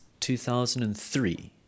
2003